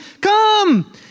come